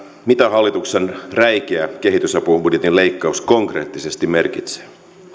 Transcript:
mitä hallituksen räikeä kehitysapubudjetin leikkaus konkreettisesti merkitsee